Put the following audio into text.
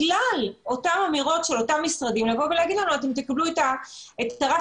ברגע שאני משאירה למשרדי הממשלה לבד לקבוע מהי הרגולציה